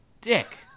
dick